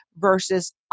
versus